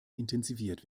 intensiviert